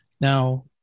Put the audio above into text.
now